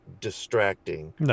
distracting